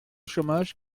chômage